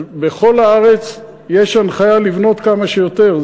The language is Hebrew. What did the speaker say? אז בכל הארץ יש הנחיה לבנות כמה שיותר,